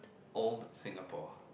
old Singapore